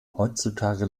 heutzutage